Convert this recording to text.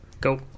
Go